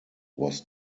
was